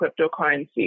cryptocurrency